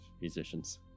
musicians